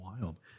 Wild